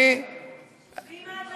אם ההדלפה לא מחברי מערכת המשפט?